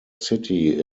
city